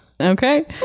Okay